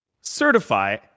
certify